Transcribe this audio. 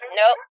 nope